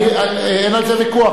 אין על זה ויכוח.